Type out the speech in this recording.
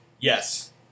Yes